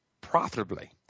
profitably